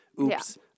oops